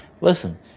listen